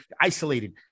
isolated